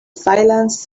silence